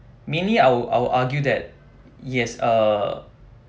mainly I'll I'll argue that yes err